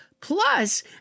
Plus